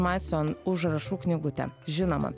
maison užrašų knygutę žinoma